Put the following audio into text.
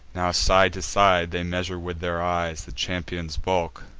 now, side to side, they measure with their eyes the champions' bulk,